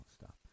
stop